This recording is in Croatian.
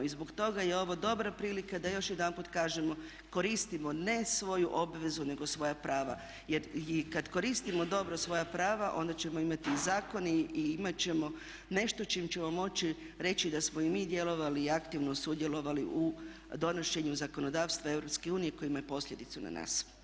I zbog toga je ovo dobra prilika da još jedanput kažemo koristimo ne svoju obvezu nego svoja prava jer i kad koristimo dobro svoja prava onda ćemo imati i zakone i imat ćemo nešto s čim ćemo moći reći da smo i mi djelovali i aktivno sudjelovali u donošenju zakonodavstva EU koje ima posljedicu i na nas.